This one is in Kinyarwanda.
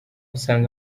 usanga